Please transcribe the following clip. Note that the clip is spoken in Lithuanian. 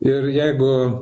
ir jeigu